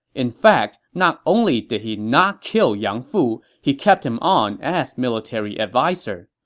in fact, not only did he not kill yang fu, he kept him on as military adviser.